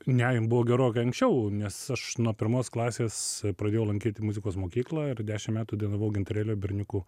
ne ji buvo gerokai anksčiau nes aš nuo pirmos klasės pradėjau lankyti muzikos mokyklą ir dešim metų dainavau gintarėlio berniukų